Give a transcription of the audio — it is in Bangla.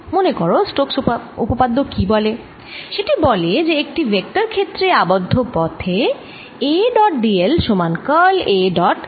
মনে করো স্টোক্স উপপাদ্য কি বলে সেটি বলে যে একটি ভেক্টর ক্ষেত্রে আবদ্ধ পথে A ডট d l সমান curl A dot d s